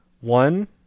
One